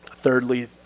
Thirdly